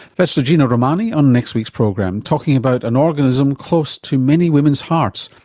that's luigina romani on next week's program, talking about an organism close to many women's hearts,